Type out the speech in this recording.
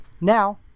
Now